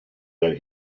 that